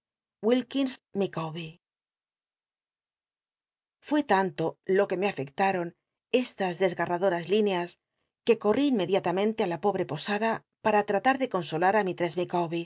fué tan to lo que me afectaron estas desgal'l'adoms lineas que corti inmediatamente ü la pobre posada para tratar de consolar ü misl